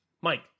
Mike